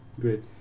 great